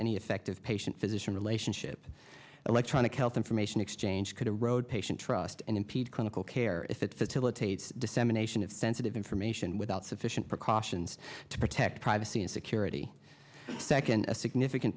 any effective patient physician relationship electronic health information exchange could erode patient trust and impede clinical care if it's a tila tate's dissemination of sensitive information without sufficient precautions to protect privacy and security second a significant